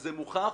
וזה מוכח.